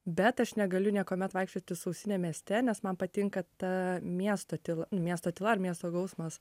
bet aš negaliu niekuomet vaikščioti su ausinėm mieste nes man patinka ta miesto tyla miesto tyla ar miesto gausmas